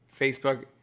Facebook